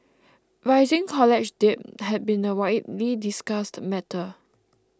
rising college debt has been a widely discussed matter